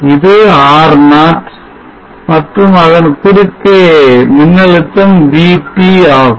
இது R0 மற்றும் அதன் குறுக்கே மின்னழுத்தம் VT ஆகும்